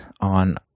on